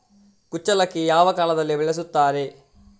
ಕುಚ್ಚಲಕ್ಕಿ ಯಾವ ಕಾಲದಲ್ಲಿ ಬೆಳೆಸುತ್ತಾರೆ?